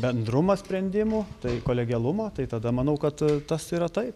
bendrumą sprendimų tai kolegialumą tai tada manau kad tas yra tai